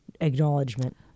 acknowledgement